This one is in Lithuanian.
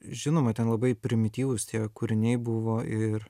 žinoma ten labai primityvūs tie kūriniai buvo ir